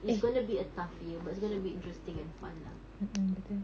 it's going to be a tough year but it's going to be interesting and fun lah